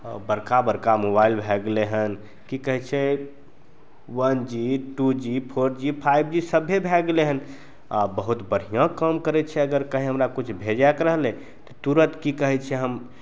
बड़का बड़का मोबाइल भै गेलै हँ कि कहै छै one G two G four G five G सभे भै गेलै हँ आओर बहुत बढ़िआँ काम करै छै अगर कहीँ हमरा किछु भेजैके रहलै तऽ तुरन्त कि कहै छै हम